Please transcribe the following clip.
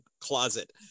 closet